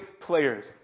players